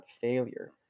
failure